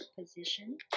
position